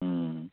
ਹਮ